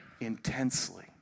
intensely